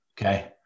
Okay